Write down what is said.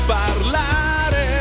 parlare